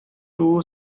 two